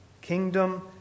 Kingdom